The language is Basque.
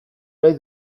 nahi